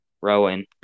Rowan